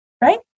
Right